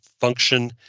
function